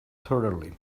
thoroughly